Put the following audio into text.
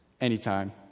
Anytime